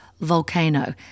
volcano